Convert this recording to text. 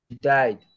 died